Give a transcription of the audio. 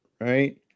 right